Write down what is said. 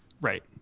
Right